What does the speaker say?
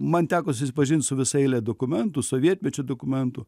man teko susipažint su visa eile dokumentų sovietmečio dokumentų